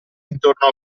intorno